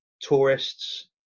tourists